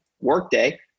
Workday